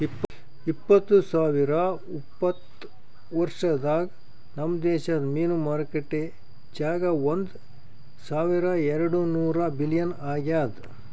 ಇಪ್ಪತ್ತು ಸಾವಿರ ಉಪತ್ತ ವರ್ಷದಾಗ್ ನಮ್ ದೇಶದ್ ಮೀನು ಮಾರುಕಟ್ಟೆ ಜಾಗ ಒಂದ್ ಸಾವಿರ ಎರಡು ನೂರ ಬಿಲಿಯನ್ ಆಗ್ಯದ್